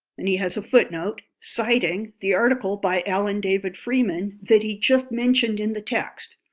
and he has a footnote citing the article by alan david freeman that he just mentioned in the text.